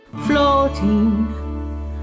Floating